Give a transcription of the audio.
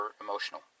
emotional